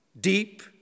deep